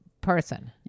person